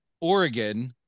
oregon